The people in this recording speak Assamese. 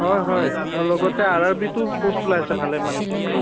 হয় হয় আৰু লগতে আৰ আৰ বিতো প'ষ্ট ওলাইছে ভালেমানকেইখন